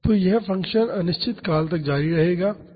तो यह फ़ंक्शन अनिश्चित काल तक जारी रहता है